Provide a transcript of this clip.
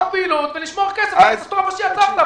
פעילות ולשמור כסף בגלל הסמטוכה שיצרת.